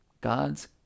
God's